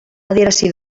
adierazi